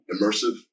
immersive